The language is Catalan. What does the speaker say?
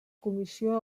comissió